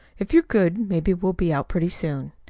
if you're good maybe we'll be out pretty soon,